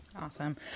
Awesome